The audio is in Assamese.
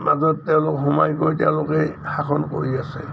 মাজত তেওঁলোক সোমাই গৈ তেওঁলোকে শাসন কৰি আছে